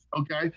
okay